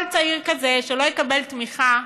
כל צעיר כזה שלא יקבל תמיכה,